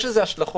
יש לזה השלכות,